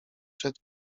przed